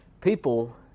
people